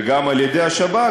וגם על-ידי השב"כ,